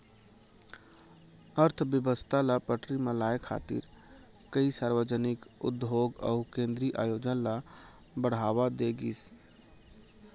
अर्थबेवस्था ल पटरी म लाए खातिर कइ सार्वजनिक उद्योग अउ केंद्रीय आयोजन ल बड़हावा दे गिस